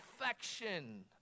affection